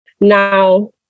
now